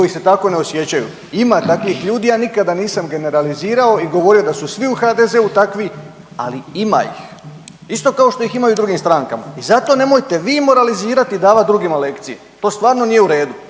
Ima takvih ljudi, ja nikada nisam generalizirao i govorio da su svih HDZ-u takvi, ali ima ih. Isto kao što ih ima i u drugim strankama. I zato nemojte vi moralizirati i davati drugima lekcije. To stvarno nije u redu.